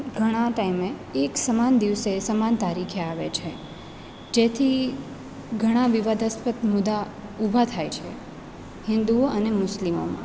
ઘણા ટાઇમે એક સમાન દિવસે સમાન તારીખે આવે છે જેથી ઘણા વિવાદાસ્પદ મુદ્દા ઊભા થાય છે હિન્દુઓ અને મુસ્લિમોમાં